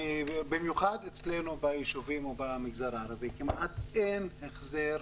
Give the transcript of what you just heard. במיוחד אצלנו ביישובים ובמגזר הערבי כמעט אין החזר